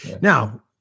Now